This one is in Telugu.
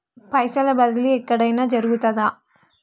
పైసల బదిలీ ఎక్కడయిన జరుగుతదా?